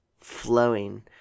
flowing